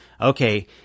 okay